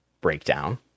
breakdown